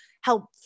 help